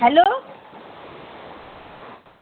hello